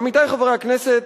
עמיתי חברי הכנסת,